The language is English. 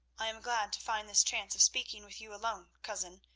i am glad to find this chance of speaking with you alone, cousin,